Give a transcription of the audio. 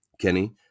Kenny